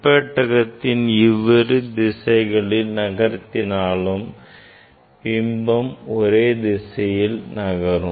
முப்பெட்டகத்தினை இவ்விரு திசைகளில் நகர்த்தினாலும் பிம்பம் ஒரே திசையில் நகரும்